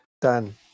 Done